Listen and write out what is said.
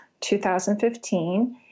2015